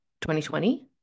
2020